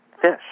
fish